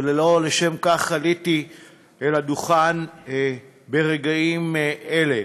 אבל לא לשם כך עליתי אל הדוכן ברגעים אלה.